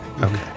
Okay